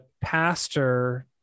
pastor